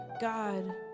god